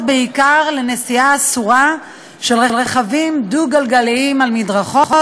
בעיקר לנסיעה אסורה של רכבים דו-גלגליים על מדרכות,